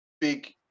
big